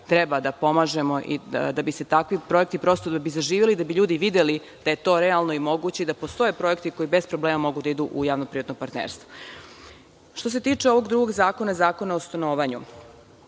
treba da pomažemo da bi takvi projekti prosto zaživeli, da bi ljudi videli da je to realno i moguće i da postoje projekti koji bez problema mogu da idu u javno privatno partnerstvo. Što se tiče ovog drugog zakona, Zakona o stanovanju,